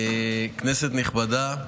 כנסת נכבדה,